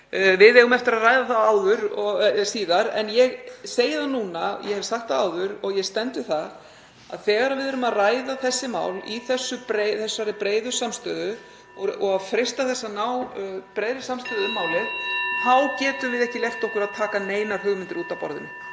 Við eigum eftir að ræða það síðar, en ég segi það núna, hef sagt það áður og stend við það að þegar við erum að ræða þessi mál í þessari breiðu samstöðu (Forseti hringir.) og erum að freista þess að ná breiðri samstöðu um málið þá getum við ekki leyft okkur að slá neinar hugmyndir út af borðinu.